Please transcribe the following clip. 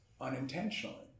unintentionally